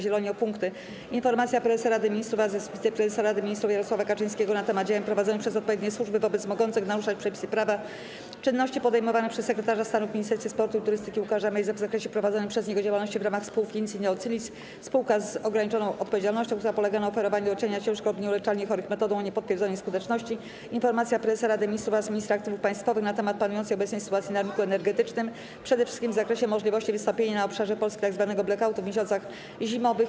Zieloni o punkty: - Informacja Prezesa Rady Ministrów oraz Wiceprezesa Rady Ministrów Jarosława Kaczyńskiego na temat działań prowadzonych przez odpowiednie służby wobec, mogących naruszać przepisy prawa, czynności podejmowanych przez Sekretarza Stanu w Ministerstwie Sportu i Turystyki Łukasza Mejzę w zakresie prowadzonej przez niego działalności w ramach spółki VINCI NEOCLINIC Sp. z o.o., która polegała na oferowaniu leczenia ciężko lub nieuleczalnie chorym metodą o niepotwierdzonej skuteczności, - Informacja Prezesa Rady Ministrów oraz Ministra Aktywów Państwowych na temat panującej obecnie sytuacji na rynku energetycznym, przede wszystkim w zakresie możliwości wystąpienia na obszarze Polski tzw. blackoutu w miesiącach zimowych,